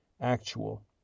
actual